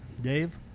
Dave